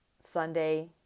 Sunday